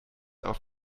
auf